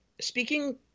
speaking